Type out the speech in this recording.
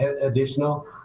additional